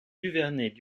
duvernet